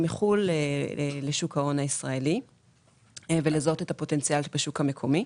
מחו"ל לשוק ההון הישראלי ולפוטנציאל בשוק המקומי.